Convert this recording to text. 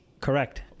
correct